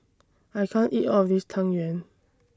I can't eat All of This Tang Yuen